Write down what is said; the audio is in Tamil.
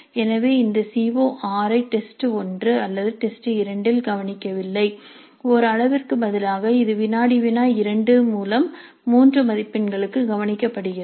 எனவே இந்த சிஓ6 ஐ டெஸ்ட் 1 அல்லது டெஸ்ட் 2 ஆல் கவனிக்கவில்லை ஓரளவிற்கு பதிலாக இது வினாடி வினா 2 மூலம் 3 மதிப்பெண்களுக்கு கவனிக்கப்படுகிறது